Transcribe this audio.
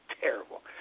Terrible